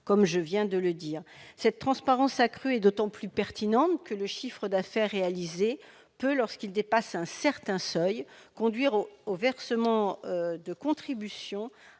commercialisation. Cette transparence accrue est d'autant plus pertinente que le chiffre d'affaires réalisé peut, lorsqu'il dépasse un certain seuil, conduire au versement de contributions